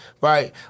Right